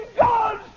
God's